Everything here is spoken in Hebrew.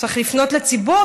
צריך לפנות לציבור,